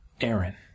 Aaron